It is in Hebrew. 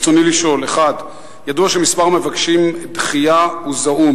רצוני לשאול: 1. ידוע שמספר המבקשים דחייה הוא זעום.